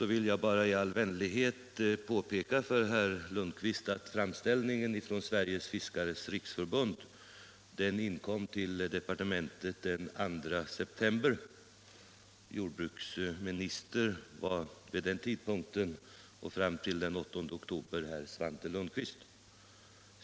vill jag bara i all vänlighet påpeka för honom att framställningen ifrån Sveriges fiskares riksförbund inkom till departementet den 2 september. Jordbruksminister var vid den tidpunkten, och fram till den 8 oktober, herr Svante Lundkvist.